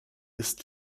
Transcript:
ist